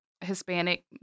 Hispanic